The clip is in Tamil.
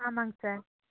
ஆமாங்க சார்